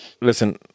Listen